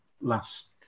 last